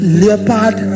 leopard